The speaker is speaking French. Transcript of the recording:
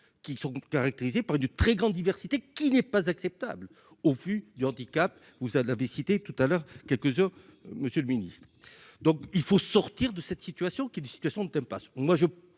qui sont caractérisés près du très grande diversité qui n'est pas acceptable au vu du handicap vous de l'avait cité tout à l'heure, quelques heures, monsieur le Ministre, donc il faut sortir de cette situation qui est une situation t'aime